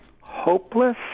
hopeless